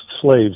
slaves